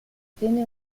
tiene